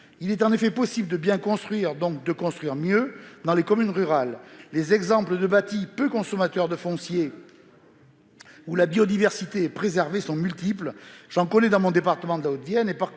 Il est en effet possible de bien construire, donc de construire mieux, dans les communes rurales. Les exemples de bâti peu consommateur de foncier, où la biodiversité est préservée, sont multiples : j'en connais dans mon département de la Haute-Vienne,